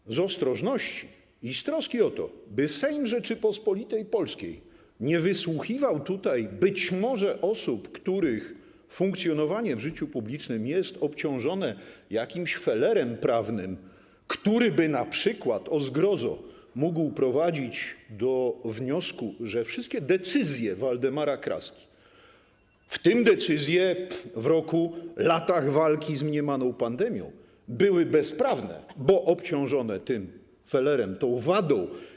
I za to z ostrożności i z troski o to, by Sejm Rzeczypospolitej Polskiej nie wysłuchiwał tutaj być może osób, których funkcjonowanie w życiu publicznym jest obciążone jakimś felerem prawnym, który by np., o zgrozo, mógł prowadzić do wniosku, że wszystkie decyzje Waldemara Kraski, w tym decyzje podjęte w latach walki z mniemaną pandemią, były bezprawne, bo obciążone tym felerem, tą wadą.